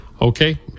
Okay